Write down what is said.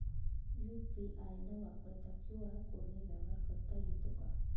UPI न वापरता QR कोडने व्यवहार करता येतो का?